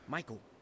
Michael